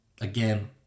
Again